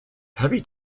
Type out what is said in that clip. heavy